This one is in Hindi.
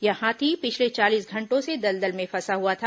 यह हाथी पिछले चालीस घंटों से दलदल में फंसा हुआ था